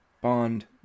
bond